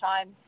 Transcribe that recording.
time